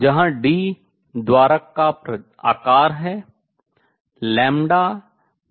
जहां d द्वारक का आकार है